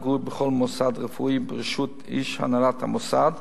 היגוי בכל מוסד רפואי בראשות איש הנהלת המוסד,